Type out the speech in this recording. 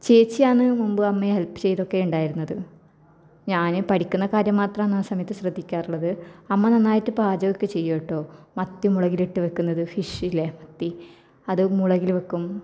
ചേച്ചിയാണ് മുമ്പ് അമ്മയെ ഹെൽപ്പ് ചെയ്തൊക്കെ ഉണ്ടായിരുന്നത് ഞാന് പഠിക്കുന്ന കാര്യം മാത്രമാണ് ആ സമയത്ത് ശ്രദ്ധിക്കാറുള്ളത് അമ്മ നന്നായിട്ട് പാചകമൊക്കെ ചെയ്യും കെട്ടോ മത്തി മുളകിലിട്ട് വയ്ക്കുന്നത് ഫിഷില്ലേ മത്തി അത് മുളകില് വെക്കും